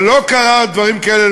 לא קרו דברים כאלה,